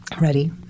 ready